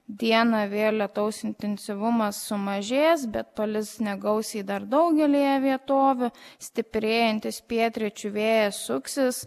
dieną vėl lietaus intensyvumas sumažėjęs bet palis negausiai dar daugelyje vietovių stiprėjantis pietryčių vėjas suksis